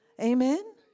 Amen